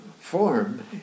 form